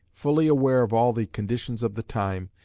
fully aware of all the conditions of the time,